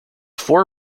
four